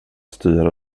styra